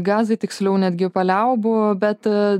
gazoj tiksliau netgi paliaubų bet